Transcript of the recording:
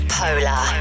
polar